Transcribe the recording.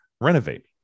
renovate